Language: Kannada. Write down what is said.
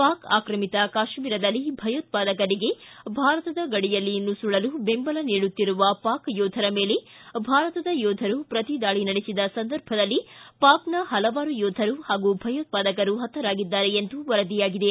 ಪಾಕ್ ಆಕ್ರಮಿತ ಕಾಶ್ಮೀರದಲ್ಲಿ ಭಯೋತ್ವಾದಕರಿಗೆ ಭಾರತದ ಗಡಿಯಲ್ಲಿ ನುಸುಳಲು ಬೆಂಬಲ ನೀಡುತ್ತಿರುವ ಪಾಕ್ ಯೋಧರ ಮೇಲೆ ಭಾರತದ ಯೋಧರು ಪ್ರತಿದಾಳಿ ನಡೆಸಿದ ಸಂದರ್ಭದಲ್ಲಿ ಪಾಕ್ನ ಹಲವಾರು ಯೋಧರು ಹಾಗೂ ಭಯೋತ್ವಾದಕರು ಹತರಾಗಿದ್ದಾರೆ ಎಂದು ವರದಿಯಾಗಿದೆ